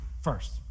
first